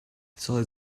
soll